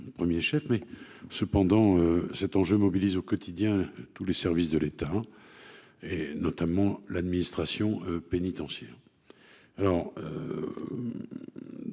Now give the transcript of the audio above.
prévention, même si cet enjeu mobilise au quotidien tous les services de l'État, notamment l'administration pénitentiaire.